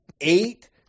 eight